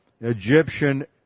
Egyptian